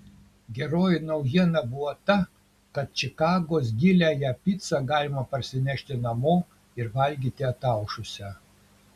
geroji naujiena buvo ta kad čikagos giliąją picą galima parsinešti namo ir valgyti ataušusią